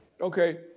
Okay